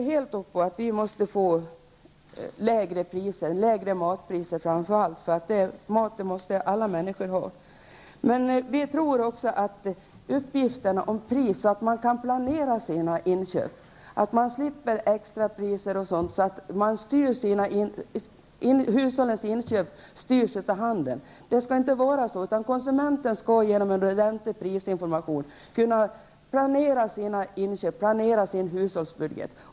Herr talman! Jo, vi ställer helt och fullt upp på kraven på lägre priser, framför allt beträffande maten. Mat är ju något som alla behöver. Men vi tror också att prisuppgifterna gör det möjligt att planera inköpen. Konsumenterna skall slippa extrapriserna, som gör att hushållens inköp styrs av handeln. Vi tycker att det inte får vara så. Konsumenten skall i stället utifrån en ordentlig prisinformation kunna planera sina inköp och därmed sin hushållsbudget.